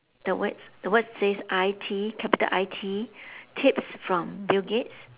the words the words says I T capital I T tips from bill-gates